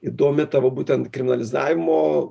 įdomi tavo būtent krimalizavimo